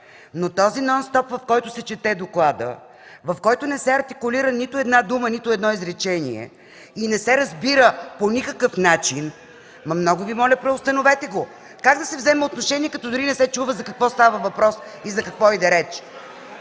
Но този нонстоп, в който се чете докладът, в който не се артикулира нито една дума, нито едно изречение и не се разбира по никакъв начин, много Ви моля, преустановете го! Как да се вземе отношение, като дори не се чува за какво става въпрос, за какво иде реч?